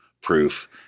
proof